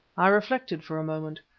i reflected for a moment,